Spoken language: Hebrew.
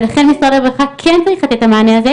ולכן משרד הרווחה כן צריך לתת את המענה הזה,